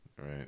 Right